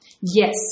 Yes